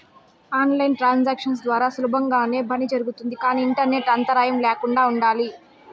on line transactions ద్వారా సులభంగానే పని జరుగుతుంది కానీ ఇంటర్నెట్ అంతరాయం ల్యాకుండా ఉండాలి